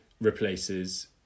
replaces